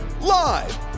Live